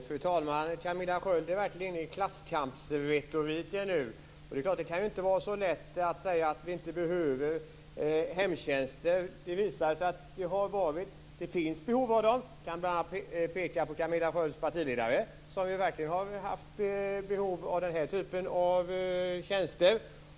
Fru talman! Camilla Sköld är verkligen inne i klasskampsretoriken nu. Det är klart att det inte kan vara så lätt att säga att vi inte behöver hemtjänster. Det har visat sig att det finns behov av dem. Jag kan bl.a. peka på Camilla Skölds partiledare, som verkligen har haft behov av den här typen av tjänster.